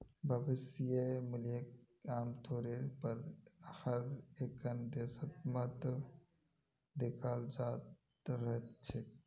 भविष्य मूल्यक आमतौरेर पर हर एकखन देशत महत्व दयाल जा त रह छेक